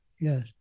Yes